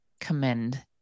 commend